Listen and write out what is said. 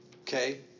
Okay